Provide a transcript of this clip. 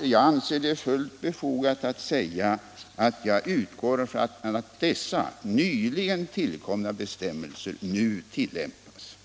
Jag anser det fullt befogat att säga att jag utgår från att dessa nyligen tillkomna bestämmelser nu tilllämpas.